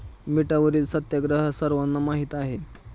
मिठावरील सत्याग्रह सर्वांना माहीत आहे